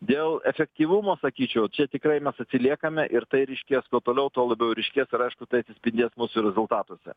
dėl efektyvumo sakyčiau čia tikrai mes atsiliekame ir tai reiškias kuo toliau tuo labiau ryškės ir aišku tai atsispindės mūsų rezultatuose